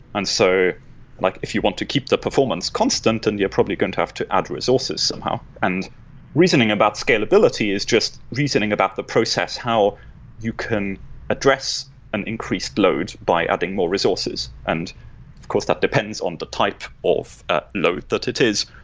so like if you want to keep the performance constant and you're probably going to have to add resources somehow. and reasoning about scalability is just reasoning about the process how you can address an increased load by adding more resources. of and course, that depends on the type of ah load that it is,